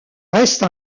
reste